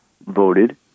voted